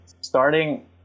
starting